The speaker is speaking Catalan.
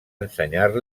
ensenyar